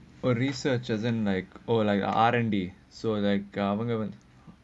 uh researchers and like oh like R&D so like அவங்க:avanga